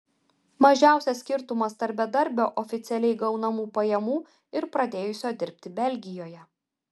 mažiausias skirtumas tarp bedarbio oficialiai gaunamų pajamų ir pradėjusio dirbti belgijoje